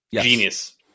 Genius